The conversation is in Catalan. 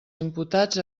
imputats